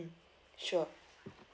mm sure